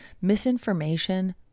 misinformation